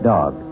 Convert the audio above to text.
Dog